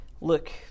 look